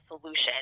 solution